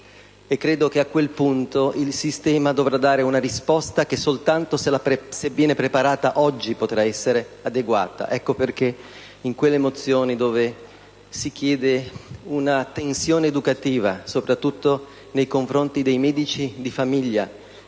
soli e, a quel punto, il sistema dovrà dare una risposta, che soltanto se viene preparata oggi potrà essere adeguata. Per questo motivo, in quelle mozioni si chiede una tensione educativa, soprattutto nei confronti dei medici di famiglia,